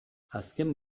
azken